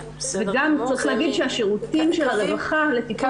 גם צריך להגיד שהשירותים של הרווחה לטיפול